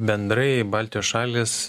bendrai baltijos šalys